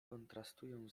kontrastują